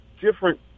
different